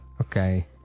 Okay